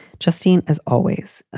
justin, as always,